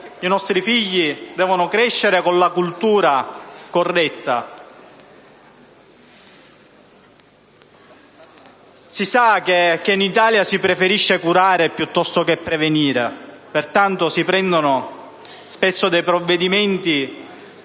i nostri figli devono crescere con una cultura corretta. Si sa che in Italia si preferisce curare piuttosto che prevenire, pertanto si prendono spesso dei provvedimenti